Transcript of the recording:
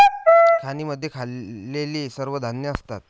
खाणींमध्ये खाल्लेली सर्व धान्ये असतात